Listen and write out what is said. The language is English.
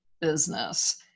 business